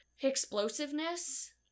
explosiveness